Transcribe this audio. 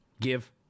give